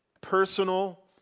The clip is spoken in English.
personal